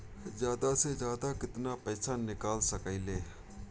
जादा से जादा कितना पैसा निकाल सकईले?